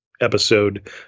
episode